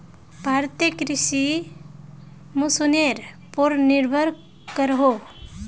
भारतीय कृषि मोंसूनेर पोर निर्भर करोहो